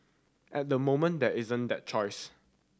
at the moment there isn't that choice